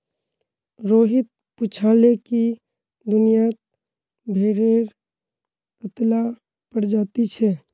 रोहित पूछाले कि दुनियात भेडेर कत्ला प्रजाति छे